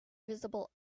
visible